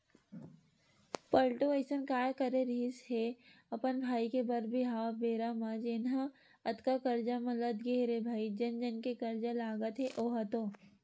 पलटू अइसन काय करे रिहिस हे अपन भाई के बर बिहाव बेरा म जेनहा अतका करजा म लद गे हे रे भई जन जन के करजा लगत हे ओहा तो